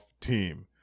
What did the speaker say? team